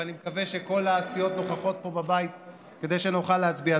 ואני מקווה שכל הסיעות נוכחות פה בבית כדי שנוכל להצביע.